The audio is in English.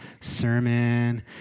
sermon